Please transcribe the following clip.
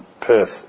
Perth